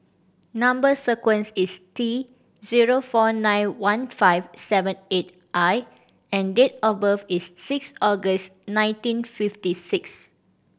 number sequence is T zero four nine one five seven eight I and date of birth is six August nineteen fifty six